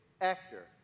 actor